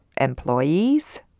employees